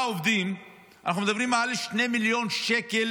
עובדים אנחנו מדברים על 2 מיליון שקלים